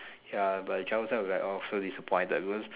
ya but child self will be like orh so disappointed because